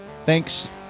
Thanks